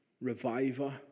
reviver